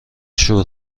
شور